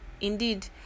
indeed